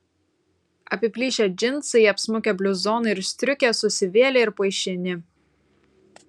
apiplyšę džinsai apsmukę bliuzonai ir striukės susivėlę ir paišini